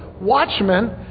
watchmen